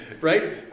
Right